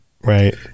Right